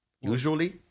Usually